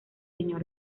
señor